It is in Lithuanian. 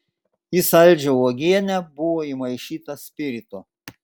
į saldžią uogienę buvo įmaišyta spirito